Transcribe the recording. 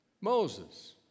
Moses